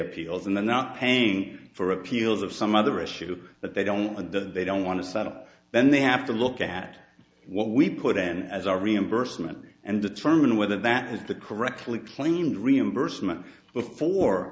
appeals and they're not paying for appeals of some other issue that they don't like that they don't want to set up then they have to look at what we put and as our reimbursement and determine whether that is the correctly claimed reimbursement before